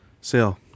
sale